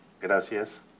Gracias